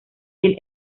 del